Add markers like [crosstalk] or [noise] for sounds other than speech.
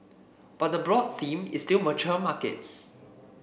but the [noise] broad theme is still mature markets